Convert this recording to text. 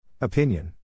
Opinion